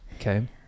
Okay